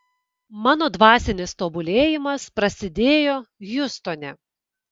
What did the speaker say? mano dvasinis tobulėjimas prasidėjo hjustone